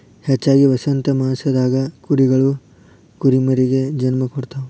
ಹೆಚ್ಚಾಗಿ ವಸಂತಮಾಸದಾಗ ಕುರಿಗಳು ಕುರಿಮರಿಗೆ ಜನ್ಮ ಕೊಡ್ತಾವ